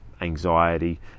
Anxiety